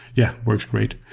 yeah, works great.